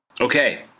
Okay